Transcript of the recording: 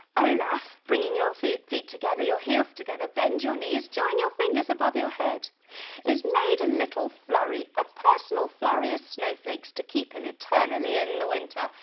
olaf bringing your feet feet together your heels together, bend your knees join your fingers above your head is made a little flurry, a personal flurry of snowflakes to keep him eternally in the winter.